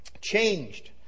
changed